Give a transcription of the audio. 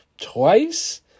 twice